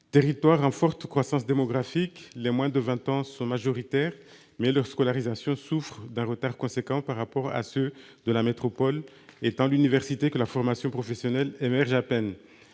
Territoire en forte croissance démographique, les moins de vingt ans sont majoritaires, mais leur scolarisation souffre d'un retard important par rapport à ceux de la métropole, et tant l'université que la formation professionnelle émergent à peine.